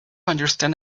understand